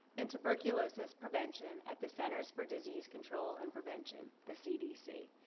and tuberculosis prevention at the centers for disease control and prevention, the cdc.